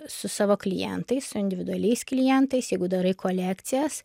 su savo klientais su individualiais klientais jeigu darai kolekcijas